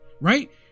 Right